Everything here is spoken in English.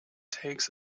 takes